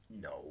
No